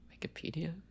Wikipedia